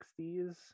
60s